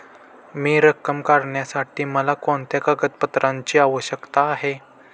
हि रक्कम काढण्यासाठी मला कोणत्या कागदपत्रांची आवश्यकता आहे?